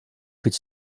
could